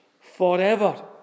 forever